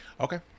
Okay